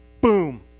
Boom